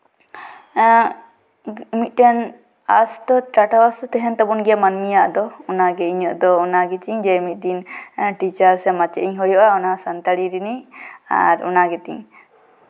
ᱮᱸᱜ ᱢᱤᱫᱴᱮᱱ ᱟᱥ ᱛᱚ ᱴᱟᱴᱣᱟᱥ ᱛ ᱛᱟᱦᱮᱸᱱ ᱛᱟᱵᱚᱱ ᱜᱮᱭᱟ ᱢᱟᱹᱱᱢᱤᱭᱟᱜ ᱫᱚ ᱚᱱᱟᱜᱮ ᱤᱧᱟᱹᱜ ᱫᱚ ᱚᱱᱟ ᱜᱮᱛᱤᱧ ᱡᱮ ᱢᱤᱫᱫᱤᱱ ᱴᱤᱪᱟᱨᱥ ᱥᱮ ᱢᱟᱪᱮᱫ ᱤᱧ ᱦᱩᱭᱩᱜᱼᱟ ᱚᱱᱟᱦᱚᱸ ᱥᱟᱱᱛᱟᱲᱤ ᱨᱤᱱᱤᱪ ᱟᱨ ᱚᱱᱟ ᱜᱮᱛᱤᱧ